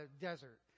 desert